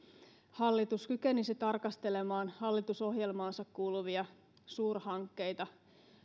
hallitus kykenisi tarkastelemaan hallitusohjelmaansa kuuluvia suurhankkeita